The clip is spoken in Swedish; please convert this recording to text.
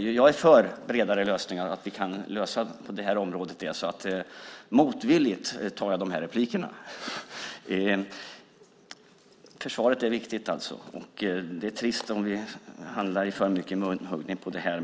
Jag är för bredare lösningar på det här området. Det är motvilligt som jag tar de här replikerna. Försvaret är viktigt. Det är trist om vi hamnar i för mycket munhuggning om det här.